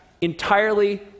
entirely